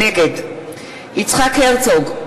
נגד יצחק הרצוג,